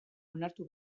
onartu